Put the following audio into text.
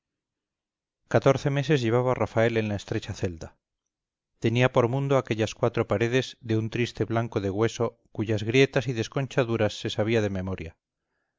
catorce meses llevaba rafael en la estrecha celda tenía por mundo aquellas cuatro paredes de un triste blanco de hueso cuyas grietas y desconchaduras se sabía de memoria